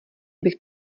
bych